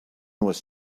was